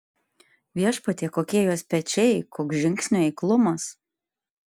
viešpatie kokie jos pečiai koks žingsnių eiklumas